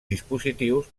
dispositius